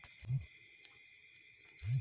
NBF ಸಂಸ್ಥಾ ಯಾವ ಸೇವಾ ಒದಗಿಸ್ತಾವ?